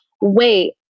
wait